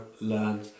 learn